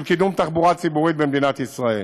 של קידום תחבורה ציבורית במדינת ישראל.